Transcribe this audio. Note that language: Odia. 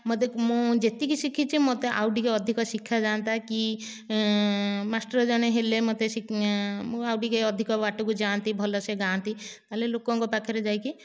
ମୋତେ ମୁଁ ଯେତିକି ଶିଖଛି ମୋତେ ଆଉ ଟିକିଏ ଅଧିକ ଶିଖାଯାନ୍ତା କି ମାଷ୍ଟର ଜଣେ ହେଲେ ମୋତେ ଶିଖେ ମୁଁ ଆଉ ଟିକିଏ ଅଧିକ ବାଟକୁ ଯାଆନ୍ତି ଭଲ ସେ ଗାଆନ୍ତି ତାହାଲେ ଲୋକଙ୍କ ପାଖରେ ଯାଇକି